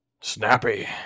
Snappy